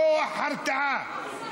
כוח הרתעה,